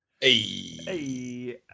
Hey